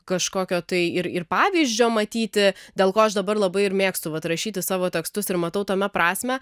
kažkokio tai ir ir pavyzdžio matyti dėl ko aš dabar labai ir mėgstu vat rašyti savo tekstus ir matau tame prasmę